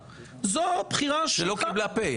תוך הצגת מצג שווא על ידי חבר הכנסת אריה דרעי,